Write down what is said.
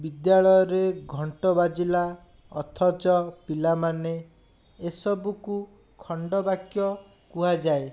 ବିଦ୍ୟାଳୟରେ ଘଣ୍ଟ ବାଜିଲା ଅଥଚ ପିଲାମାନେ ଏ ସବୁକୁ ଖଣ୍ଡବାକ୍ୟ କୁହାଯାଏ